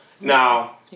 Now